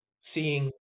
seeing